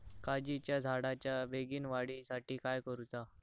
काजीच्या झाडाच्या बेगीन वाढी साठी काय करूचा?